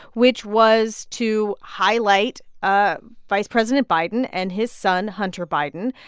which was to highlight ah vice president biden and his son, hunter biden,